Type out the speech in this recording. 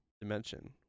dimension